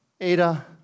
Ada